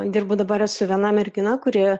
dirbu dabar su viena mergina kuri